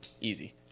easy